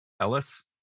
Ellis